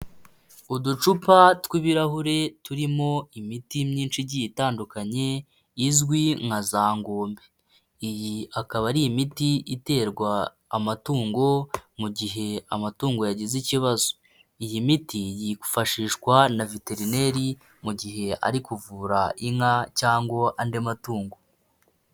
Uducupa tw'ibirahure turimo imiti myinshi igiye itandukanye izwi nka za ngombe, iyi akaba ari imiti iterwa amatungo mu gihe amatungo yagize ikibazo, iyi miti yifashishwa na veterineri mu gihe ari kuvura inka cyangwa andi matungo.